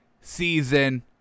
season